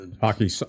Hockey